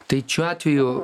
tai šiuo atveju